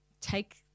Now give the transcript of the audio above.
take